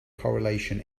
correlation